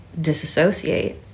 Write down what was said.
disassociate